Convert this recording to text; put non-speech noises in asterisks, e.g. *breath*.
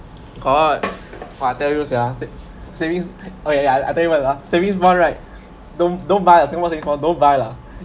got I tell you yeah sav~ savings *breath* okay I I tell you what ah savings bonds right don't don't buy ah singapore saving bonds no buy lah *breath*